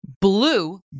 blue